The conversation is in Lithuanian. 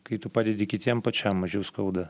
kai tu padedi kitiem pačiam mažiau skauda